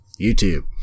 YouTube